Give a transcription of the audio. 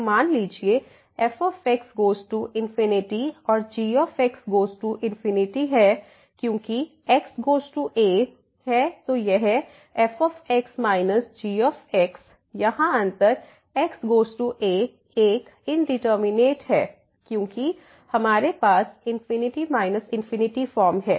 तो मान लीजिए f गोज़ टू इन्फिनिटी और g गोज़ टू इन्फिनिटी है क्योंकि x गोज़ टू a है तो यह f माइनस g यहाँ अंतर x गोज़ टू a एक इंडिटरमिनेट है क्योंकि हमारे पास ∞∞ फॉर्म है